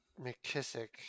McKissick